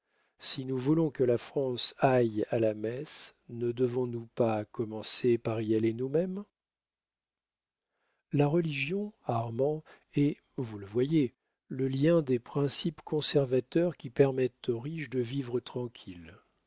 si nous voulons que la france aille à la messe ne devons-nous pas commencer par y aller nous-mêmes la religion armand est vous le voyez le lien des principes conservateurs qui permettent aux riches de vivre tranquilles